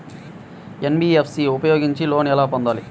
NBFC ఉపయోగించి loan ఎలా పొందాలి?